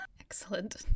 Excellent